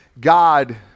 God